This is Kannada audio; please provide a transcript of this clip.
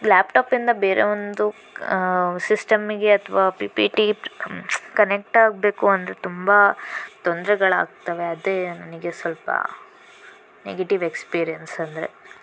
ಲ್ಯಾಪ್ಟಾಪಿಂದ ಬೇರೆ ಒಂದು ಸಿಸ್ಟಮ್ಗೆ ಅಥವಾ ಪಿ ಪಿ ಟಿಗೆ ಕನೆಕ್ಟ್ ಆಗಬೇಕು ಅಂದರೆ ತುಂಬ ತೊಂದರೆಗಳಾಗ್ತವೆ ಅದೇ ನನಗೆ ಸ್ವಲ್ಪ ನೆಗೆಟಿವ್ ಎಕ್ಸ್ಪೀರಿಯನ್ಸ್ ಅಂದರೆ